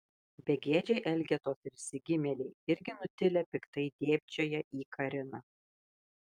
begėdžiai elgetos ir išsigimėliai irgi nutilę piktai dėbčioja į kariną